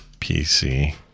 PC